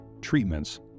treatments